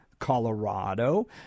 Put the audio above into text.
Colorado